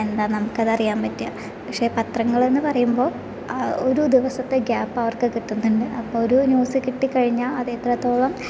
എന്താ നമുക്കത് അറിയാൻ പറ്റുക പക്ഷെ പത്രങ്ങൾ എന്ന് പറയുമ്പോൾ ഒരു ദിവസത്തെ ഗ്യാപ്പ് അവർക്ക് കിട്ടുന്നുണ്ട് അപ്പോൾ ഒരു ന്യൂസ് കിട്ടിക്കഴിഞ്ഞാൽ അത് എത്രത്തോളം